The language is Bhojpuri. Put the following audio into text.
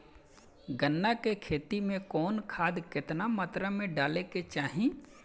गन्ना के खेती में कवन खाद केतना मात्रा में डाले के चाही?